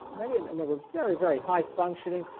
many of them were very, very high functioning,